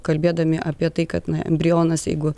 kalbėdami apie tai kad embrionas jeigu